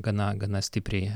gana gana stipriai